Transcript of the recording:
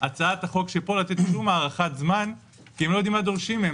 הצעת החוק שפה לתת שום הערכת זמן כי הם לא יודעים מה דורשים מהם.